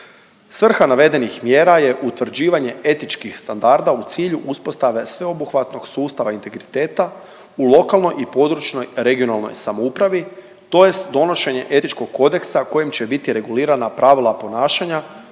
Svrha navedenih mjera je utvrđivanje etičkih standarda u cilju uspostave sveobuhvatnog sustava integriteta u lokalnoj i područnoj (regionalnoj) samoupravi tj. donošenje etičkog kodeksa kojim će biti regulirana pravila ponašanja